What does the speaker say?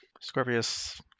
Scorpius